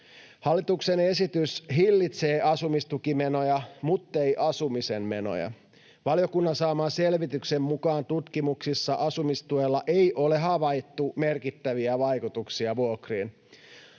Hallituksen esitys hillitsee asumistukimenoja muttei asumisen menoja. Valiokunnan saaman selvityksen mukaan tutkimuksissa asumistuella ei ole havaittu merkittäviä vaikutuksia vuokriin.